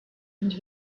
into